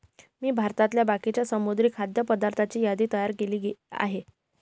मी भारतातल्या बाकीच्या समुद्री खाद्य पदार्थांची यादी तयार केली आहे